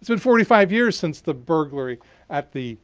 it's been forty five years since the burglary at the